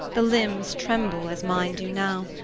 the limbs tremble, as mine do now,